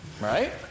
right